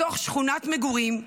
בתוך שכונת מגורים,